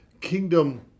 kingdom